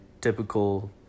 typical